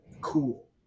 cool